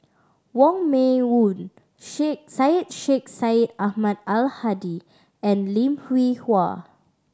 Wong Meng Voon Sheikh Syed Sheikh Syed Ahmad Al Hadi and Lim Hwee Hua